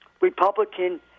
Republican